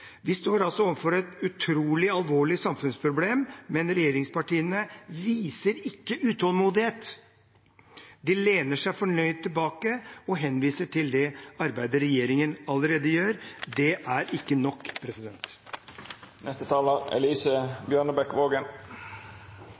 Vi står altså overfor et utrolig alvorlig samfunnsproblem, men regjeringspartiene viser ikke utålmodighet. De lener seg fornøyd tilbake og henviser til det arbeidet regjeringen allerede gjør. Det er ikke nok.